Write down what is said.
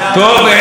טוב,